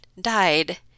died